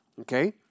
Okay